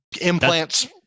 implants